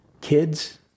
kids